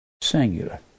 singular